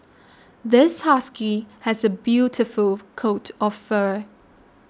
this husky has a beautiful coat of fur